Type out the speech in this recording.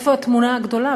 איפה התמונה הגדולה?